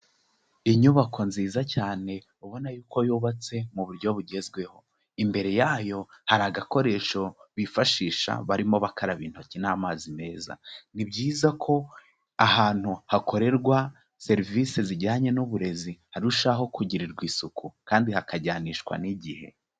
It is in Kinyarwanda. Inyubako nziza cyane ubona yuko yubatse mu buryo bugezweho, imbere yayo hari agakoresho bifashisha barimo bakaraba intoki n'amazi meza, ni byiza ko ahantu hakorerwa serivisi zijyanye n'uburezi harushaho kugirirwa isuku, kandi hakajyanishwa n'igihe.